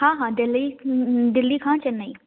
हा हा दिल्ली हूं दिल्ली खां चैन्नई